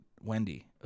Wendy